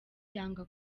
yanga